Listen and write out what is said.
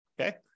Okay